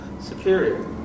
superior